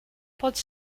pode